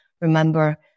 remember